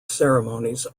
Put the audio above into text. ceremonies